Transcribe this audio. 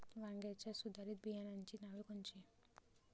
वांग्याच्या सुधारित बियाणांची नावे कोनची?